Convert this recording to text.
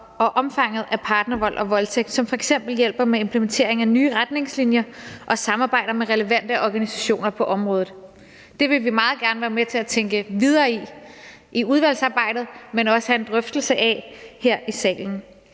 og omfanget af partnervold og voldtægt, og som f.eks. hjælper med implementeringen af nye retningslinjer og samarbejder med relevante organisationer på området. Det vil vi meget gerne være med til at arbejde videre med i udvalgsarbejdet, men også have en drøftelse af her i salen.